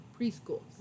preschools